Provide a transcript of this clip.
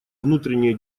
внутренние